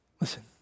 Listen